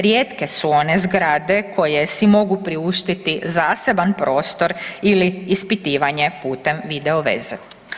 Rijetke su one zgrade koje si mogu priuštiti zaseban prostor ili ispitivanje putem video veze.